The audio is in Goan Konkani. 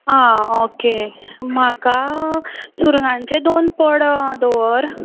आं ओके म्हाका सुरंगाचे दोन पड दवर